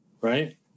right